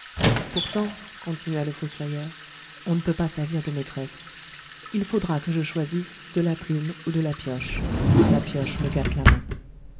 pourtant continua le fossoyeur on ne peut pas servir deux maîtresses il faudra que je choisisse de la plume ou de la pioche la pioche me gâte la main